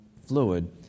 fluid